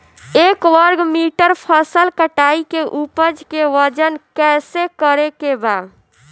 एक वर्ग मीटर फसल कटाई के उपज के वजन कैसे करे के बा?